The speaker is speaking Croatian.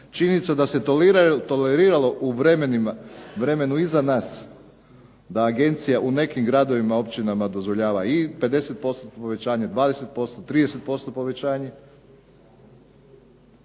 činjenica da se toleriralo u vremenu iz nas da agencija u nekim gradovima i općinama dozvoljava i 50% povećanje, 20%, 30% povećanje.